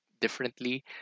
differently